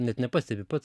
net nepastebi pats